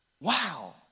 Wow